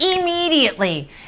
Immediately